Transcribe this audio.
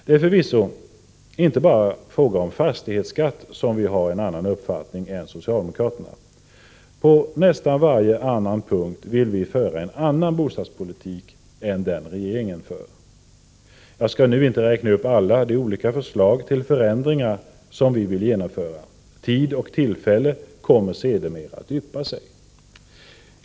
Det är förvisso inte bara i fråga om fastighetsskatt som vi har en annan uppfattning än socialdemokraterna. På nästan varje punkt vill vi föra en annan bostadspolitik än den regeringen för. Jag skall nu inte räkna upp alla de olika förslag till förändringar som vi vill genomföra. Tid och tillfälle kommer sedermera att yppa sig.